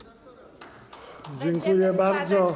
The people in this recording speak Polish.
Dziękuję bardzo.